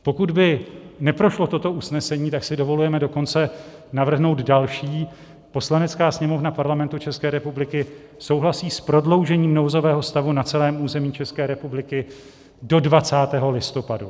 Pokud by neprošlo toto usnesení, tak si dovolujeme dokonce navrhnout další: Poslanecká sněmovna Parlamentu České republiky souhlasí s prodloužením nouzového stavu na celém území České republiky do 20. listopadu.